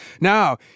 Now